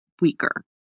weaker